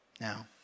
Now